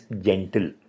gentle